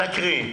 תקריאי.